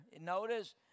Notice